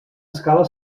escala